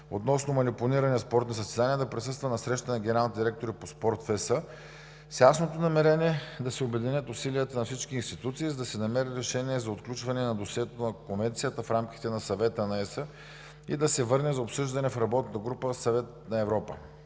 относно манипулиране на спортни състезания да присъства на срещата на генералните директори за спорта в ЕС с ясното намерение да се обединят усилията на всички институции, за да се намери решение за отключване на досието на Конвенцията в рамките на Съвета на ЕС и да се върне за обсъждане в работна група „Спорт“ на Съвета.